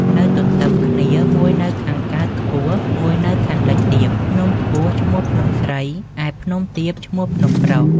នៅទន្ទឹមគ្នា មួយនៅខាងកើតខ្ពស់ មួយនៅខាងលិចទាប ភ្នំខ្ពស់ឈ្មោះភ្នំស្រី ឯភ្នំទាបឈ្មោះភ្នំប្រុស។